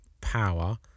power